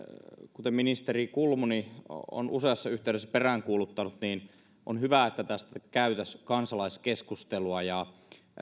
kuten ministeri kulmuni on useassa yhteydessä peräänkuuluttanut niin on hyvä että tästä käytäisiin kansalaiskeskustelua